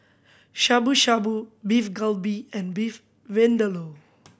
Shabu Shabu Beef Galbi and Beef Vindaloo